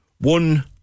one